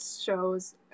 shows